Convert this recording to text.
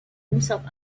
himself